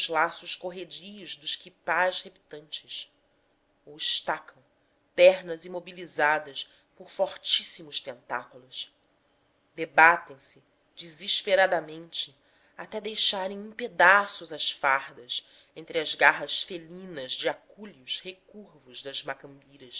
laços corredios dos quipás reptantes ou estacam pernas imobilizadas por fortíssimos tentáculos debatem se desesperadamente até deixarem em pedaços as fardas entre as garras felinas de acúleos recurvos das macambiras